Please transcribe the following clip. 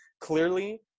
clearly